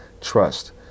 trust